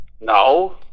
No